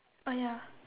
oh ya